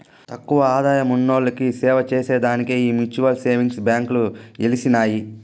తక్కువ ఆదాయమున్నోల్లకి సేవచేసే దానికే ఈ మ్యూచువల్ సేవింగ్స్ బాంకీలు ఎలిసినాయి